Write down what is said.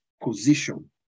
position